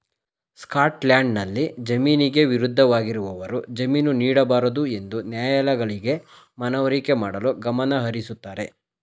ಸ್ಕಾಟ್ಲ್ಯಾಂಡ್ನಲ್ಲಿ ಜಾಮೀನಿಗೆ ವಿರುದ್ಧವಾಗಿರುವವರು ಜಾಮೀನು ನೀಡಬಾರದುಎಂದು ನ್ಯಾಯಾಲಯಗಳಿಗೆ ಮನವರಿಕೆ ಮಾಡಲು ಗಮನಹರಿಸುತ್ತಾರೆ